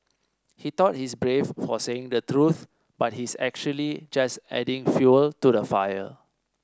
he thought he's brave for saying the truth but he's actually just adding fuel to the fire